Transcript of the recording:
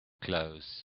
clothes